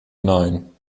nein